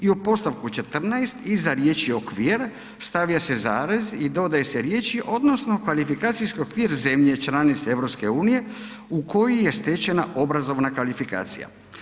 I u podstavku 14 iza riječ okvir, stavlja se zarez i dodaju se riječi odnosno kvalifikacijski okvir zemlje članice EU u koji je stečena obrazovna kvalifikacija.